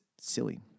silly